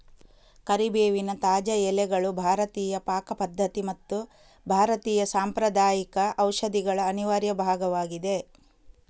ಕರಿಬೇವಿನ ತಾಜಾ ಎಲೆಗಳು ಭಾರತೀಯ ಪಾಕ ಪದ್ಧತಿ ಮತ್ತು ಭಾರತೀಯ ಸಾಂಪ್ರದಾಯಿಕ ಔಷಧಿಗಳ ಅನಿವಾರ್ಯ ಭಾಗವಾಗಿದೆ